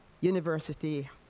university